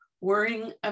worrying